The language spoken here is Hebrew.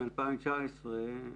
מ-2019,